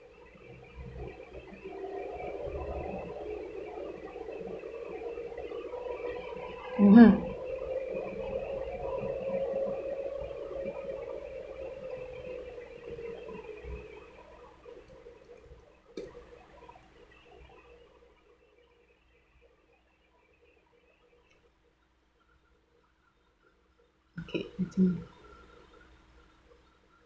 mmhmm okay mmhmm